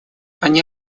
они